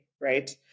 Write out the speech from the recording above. right